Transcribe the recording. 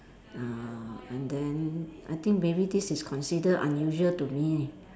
uh and then I think maybe this is consider unusual to me